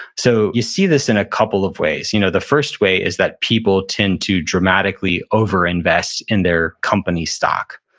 so you see this in a couple of ways. you know the first way is that people tend to dramatically overinvest in their company stock.